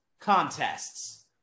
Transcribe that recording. contests